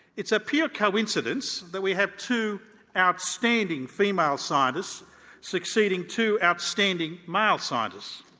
it's a pure coincidence that we have two outstanding female scientists succeeding two outstanding male scientists.